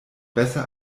besser